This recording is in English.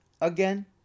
again